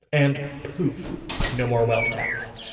and poof no more wealth tax.